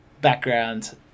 background